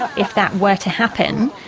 if that were to happen,